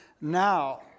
Now